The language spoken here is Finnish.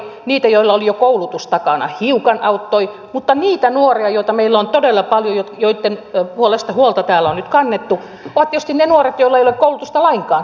niitä joilla oli jo koulutus takana hiukan auttoi mutta niitä nuoria joita meillä on todella paljon ja joitten puolesta huolta täällä on nyt kannettu ovat tietysti ne nuoret joilla ei ole koulutusta lainkaan